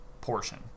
portion